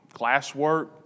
classwork